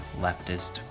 leftist